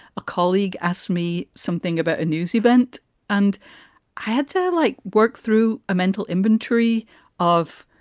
a colleague asked me something about a news event and i had to, like, work through a mental inventory of.